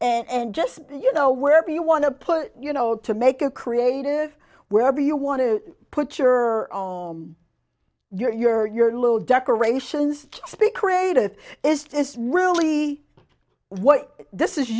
and just you know wherever you want to put you know to make a creative wherever you want to put your your your your little decorations speak creative is just really what this is